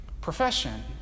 profession